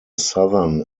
southern